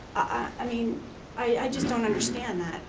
i mean i just don't understand that.